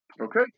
Okay